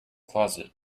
closet